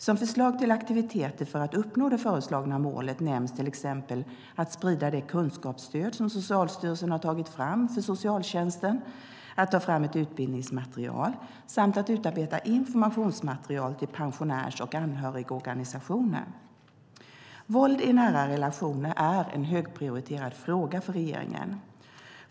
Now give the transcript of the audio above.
Som förslag till aktiviteter för att uppnå det föreslagna målet nämns till exempel att sprida det kunskapsstöd som Socialstyrelsen har tagit fram för socialtjänsten, att ta fram ett utbildningsmaterial samt att utarbeta informationsmaterial till pensionärs och anhörigorganisationer. Våld i nära relationer är en högprioriterad fråga för regeringen.